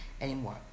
anymore